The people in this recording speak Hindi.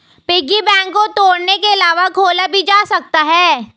पिग्गी बैंक को तोड़ने के अलावा खोला भी जा सकता है